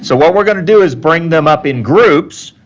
so what we're going to do is bring them up in groups,